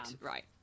Right